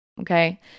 okay